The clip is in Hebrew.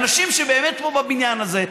אנשים שבאמת פה בבניין הזה,